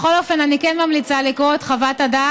בכל אופן, אני כן ממליצה לקרוא את חוות הדעת.